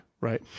right